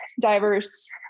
diverse